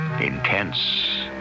intense